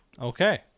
Okay